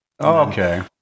okay